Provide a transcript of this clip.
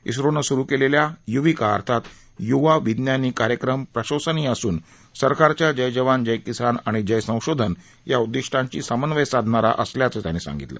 इस्रोनं सुरु केलेला युविका अर्थात युवा विज्ञानी कार्यक्रम प्रशंसनीय असून सरकारच्या जय जवान जय किसान आणि जय संशोधन या उद्दिष्टांशी समन्वय साधणारा असल्याचं त्यांनी सांगितलं